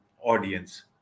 audience